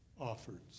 Offered